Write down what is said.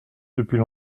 depuis